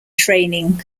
training